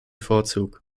vorzug